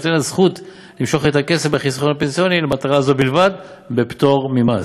כי בכל רגע נתון חברת הביטוח יכולה הייתה לבטל את הפוליסה,